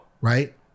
Right